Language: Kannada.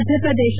ಮಧ್ಯಪ್ರದೇಶ